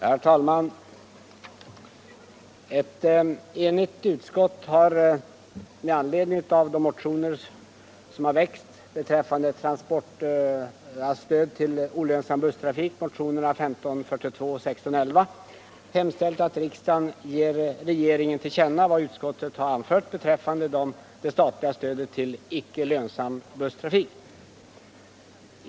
Herr talman! Ett enigt utskott har med anledning av de motioner som väckts om stöd till olönsam busstrafik, motionerna 1542 och 1611, hemställt att riksdagen ger regeringen till känna vad utskottet anfört beträffande det statliga stödet till icke lönsam busstrafik.